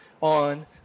on